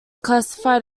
classified